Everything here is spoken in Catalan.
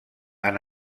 han